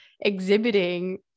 exhibiting